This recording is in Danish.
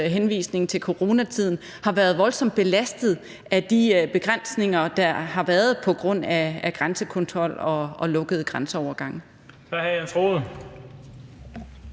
henvisning til coronatiden, har været voldsomt belastet af de begrænsninger, der har været på grund af grænsekontrol og lukkede grænseovergangene. Kl. 18:26 Den fg.